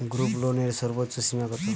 গ্রুপলোনের সর্বোচ্চ সীমা কত?